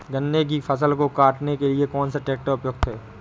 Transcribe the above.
गन्ने की फसल को काटने के लिए कौन सा ट्रैक्टर उपयुक्त है?